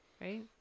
Right